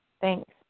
Thanks